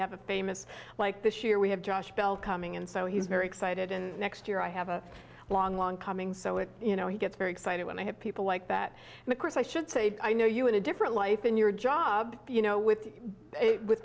have a famous like this year we have josh bell coming in so he's very excited and next year i have a long long coming so it you know he gets very excited when i have people like that and of course i should say i know you in a different life in your job you know with